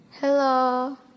hello